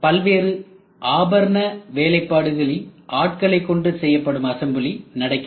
பல்வேறு ஆபரண வேலைப்பாடுகளில் ஆட்களை கொண்டு செய்யப்படும் அசம்பிளி நடக்கிறது